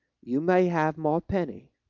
you may have my penny.